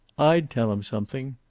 i'd tell em something.